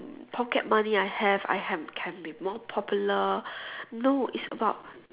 pocket money I have I have can be more popular no it's about